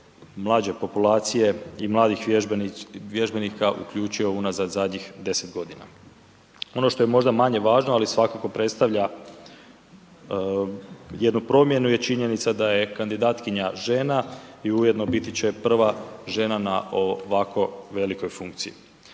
mlađe populacije i mladih vježbenika uključio unazad zadnjih 10 godina. Ono što je možda manje važno ali svakako predstavlja jednu promjenu je činjenica da je kandidatkinja žena i ujedno biti će prva žena na ovako velikoj funkciji.